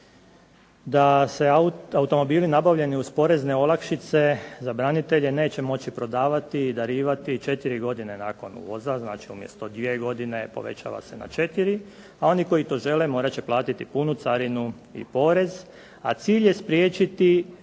da se automobili nabavljeni uz porezne olakšice za branitelje neće moći prodavati i darivati 4 godine nakon uvoza. Znači, umjesto dvije godine povećava se na četiri, a oni koji to žele morat će platiti punu carinu i porez. A cilj je spriječiti